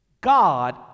God